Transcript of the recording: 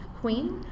queen